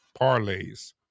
parlays